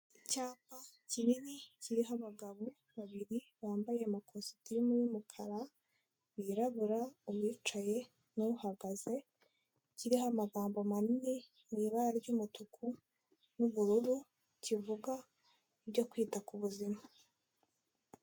Icyapa kinini kiriho abagabo babiri bambaye amakasitimu y'umukara wirabura, umwicaye n'uhagaze kihiro amagambo manini mu ibara ry'umutuku n'ubururu kivuga ibyo kwita ku buzima.